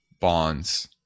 bonds